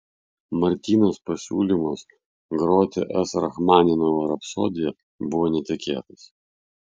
martynos pasiūlymas groti s rachmaninovo rapsodiją buvo netikėtas